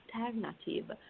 alternative